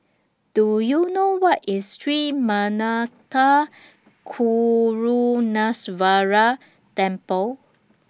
Do YOU know Where IS Sri Manmatha Karuneshvarar Temple